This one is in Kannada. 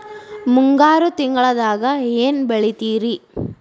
ಮುಂಗಾರು ತಿಂಗಳದಾಗ ಏನ್ ಬೆಳಿತಿರಿ?